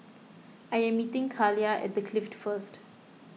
I am meeting Kaliyah at the Clift first